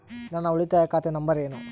ನನ್ನ ಉಳಿತಾಯ ಖಾತೆ ನಂಬರ್ ಏನು?